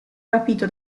rapito